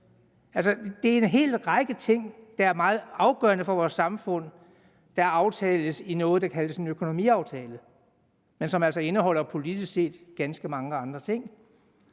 Det er en hel række ting, der er meget afgørende for vores samfund, der aftales i noget, der kaldes en økonomiaftale, men som altså politisk set indeholder ganske mange andre ting.